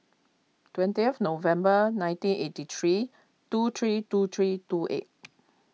twentieth November nineteen eighty three two three two three two eight